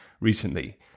recently